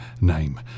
name